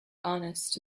honest